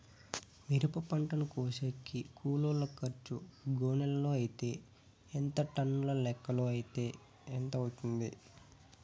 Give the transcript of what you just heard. మిరప పంటను కోసేకి కూలోల్ల ఖర్చు గోనెలతో అయితే ఎంత టన్నుల లెక్కలో అయితే ఎంత అవుతుంది?